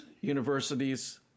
universities